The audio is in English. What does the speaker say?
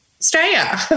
Australia